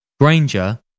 Granger